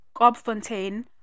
Gobfontein